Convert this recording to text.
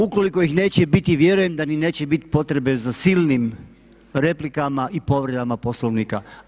Ukoliko ih neće biti vjerujem da ni neće biti potrebe za silnim replikama i povredama Poslovnika.